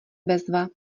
bezva